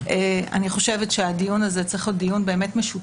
כי אני חושבת שהדיון הזה צריך להיות דיון משותף.